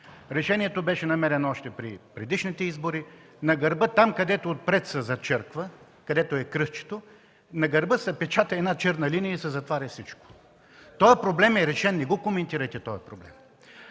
Решението беше намерено още при предишните избори. Там, където се зачерква, където е кръстчето, на гърба се печата една черна линия и се затваря всичко. Този проблем е решен. Не го коментирайте. Аз се